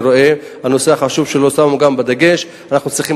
הנושא החשוב שלא שמו עליו דגש אנחנו צריכים